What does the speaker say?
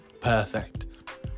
perfect